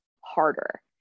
harder